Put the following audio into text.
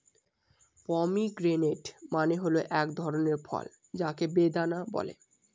pomegranate মানে হল এক ধরনের ফল যাকে বেদানা বলে